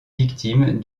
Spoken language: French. victime